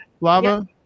Lava